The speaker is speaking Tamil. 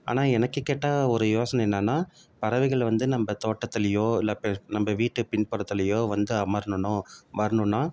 ஆனால் எனக்கு கேட்டால் ஒரு யோசனை என்னென்னா பறவைகள் வந்து நம்ம தோட்டத்திலேயோ இல்லை ப்ப நம்ம வீட்டு பின் பிறத்துலயோ வந்து அமரனும் வருனுனா